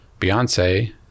beyonce